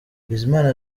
bizimana